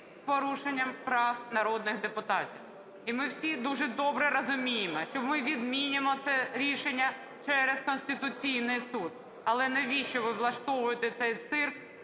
з порушенням прав народних депутатів. І ми всі дуже добре розуміємо, що ми відмінимо це рішення через Конституційний Суд. Але навіщо ви влаштовуєте цей цирк